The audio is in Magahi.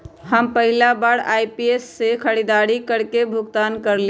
हम पहिला बार आई.एम.पी.एस से खरीदारी करके भुगतान करलिअई ह